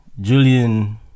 Julian